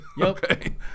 Okay